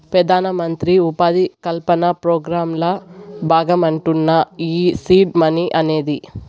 పెదానమంత్రి ఉపాధి కల్పన పోగ్రాంల బాగమంటమ్మను ఈ సీడ్ మనీ అనేది